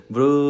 Bro